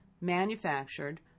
manufactured